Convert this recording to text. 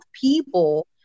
people